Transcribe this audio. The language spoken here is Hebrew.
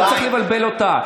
לא צריך לבלבל אותה.